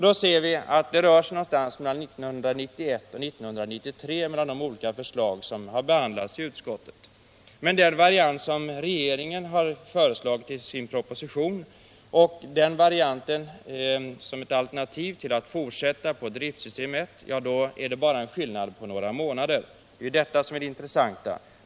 Då finner vi att det med de olika förslag som har behandlats i utskottet inträffar någon gång mellan 1991 och 1993. Mellan den variant som regeringen har föreslagit och alternativet att fortsätta på driftsystem 1 är skillnaden bara några månader, och det är ju detta som är det intressanta.